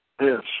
Yes